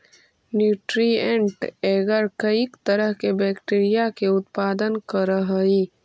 nutrient agar कईक तरह के बैक्टीरिया के उत्पादन करऽ हइ